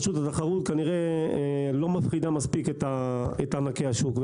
רשות התחרות כנראה לא מפחידה מספיק את ענקי השוק.